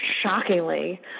shockingly